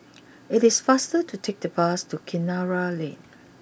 it is faster to take the bus to Kinara Lane